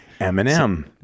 Eminem